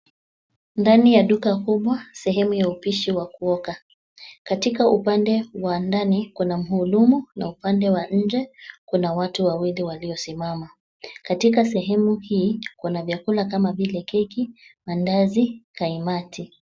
Ndani ya duka kubwa sehemu ya upishi wa kuoka. Katika upande wa ndani kuna mhudumu na upande wa nje kuna watu wawili waliosimama. Katika sehemu hii kuna vyakula kama vile keki, maandazi, kaimati.